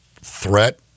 threat